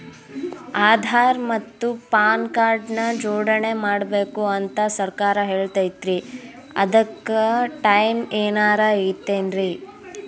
ಆಧಾರ ಮತ್ತ PAN card ನ ಜೋಡಣೆ ಮಾಡ್ಬೇಕು ಅಂತಾ ಸರ್ಕಾರ ಹೇಳೈತ್ರಿ ಅದ್ಕ ಟೈಮ್ ಏನಾರ ಐತೇನ್ರೇ?